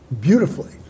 beautifully